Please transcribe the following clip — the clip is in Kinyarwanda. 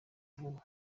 vuba